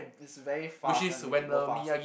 it's very fast you want to make it go fast